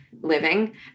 living